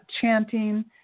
chanting